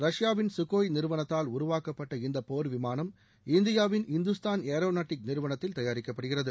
ரஷ்யாவின் குக்கோய் நிறுவனத்தால் உருவாக்கப்பட்ட இந்த போர் விமானம் இந்தியாவின் இந்துஸ்தான் ஏரோனாட்டிக் நிறுவனத்தில் தயாரிக்கப்படுகிறது